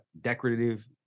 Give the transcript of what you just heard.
decorative